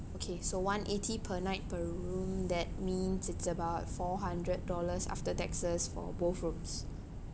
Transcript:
okay so one eighty per night per room that means it's about four hundred dollars after taxes for both rooms